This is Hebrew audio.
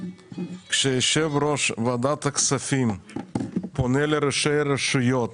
כשיושב ראש ועדת הכספים פונה לראשי רשויות